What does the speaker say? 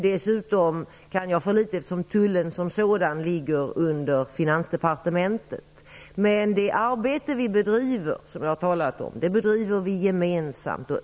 Dessutom kan jag för litet, eftersom Tullen som sådan ligger under Finansdepartementet. Men det arbete som jag talat om bedriver vi gemensamt.